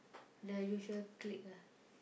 the usual clique lah